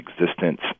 existence